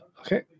Okay